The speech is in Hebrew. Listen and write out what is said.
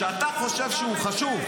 שאתה חושב שהוא חשוב,